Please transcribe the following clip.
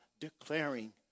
declaring